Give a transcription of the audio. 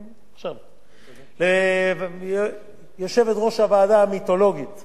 ליושבת-ראש הוועדה המיתולוגית של ועדת העבודה והרווחה,